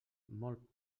molt